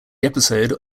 episode